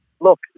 Look